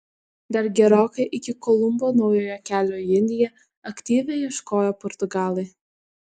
dar gerokai iki kolumbo naujojo kelio į indiją aktyviai ieškojo portugalai